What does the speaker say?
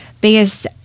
biggest